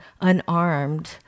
unarmed